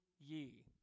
ye